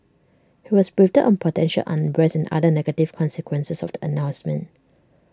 he was briefed on potential unrest and other negative consequences of the announcement